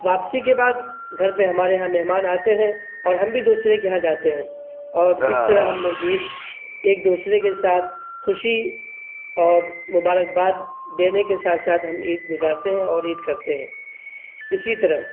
واپسی کے بعد گھر پہ ہمارے یہاں مہمان آتے ہیں اور ہم بھی دوسرے کے یہاں جاتے ہیں اور اس طرح ہم لوگ عید ایک دوسرے کے ساتھ خوشی اور مبارکباد دینے کے ساتھ ساتھ ہم عید گزارتے ہیں اور عید کرتے ہیں اسی طرح